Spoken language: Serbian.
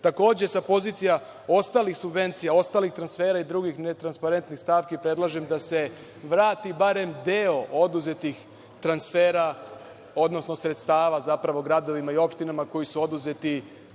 uložili. Takođe, sa pozicija ostalih subvencija, ostalih transfera i drugih netransparentnih stavki predlažem da se vrati barem deo oduzetih transfera, odnosno sredstava zapravo gradova i opštinama koji su oduzeti